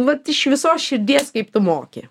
vat iš visos širdies kaip tu moki